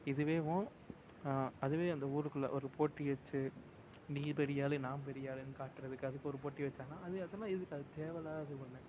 இதுவேவும் அதுவே அந்த ஊருக்குள்ளே ஒரு போட்டி வச்சு நீ பெரிய ஆளு நான் பெரிய ஆளுன்னு காட்டுறதுக்காக இப்போ ஒரு போட்டி வச்சாங்கன்னால் அது அதெல்லாம் எதுக்கு அது தேவையில்லாதது ஒன்று